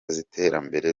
z’iterambere